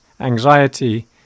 anxiety